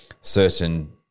certain